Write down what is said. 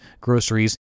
groceries